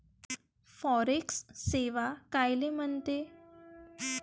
Forex सेवा कायले म्हनते?